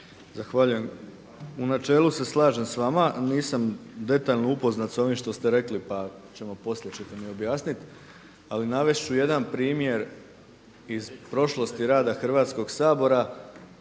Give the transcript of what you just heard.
Zahvaljujem. U načelu se slažem s vama nisam detaljno upoznat sa ovim što ste rekli pa ćete mi poslije objasniti. Ali navesti ću jedan primjer iz prošlosti rada Hrvatskoga sabora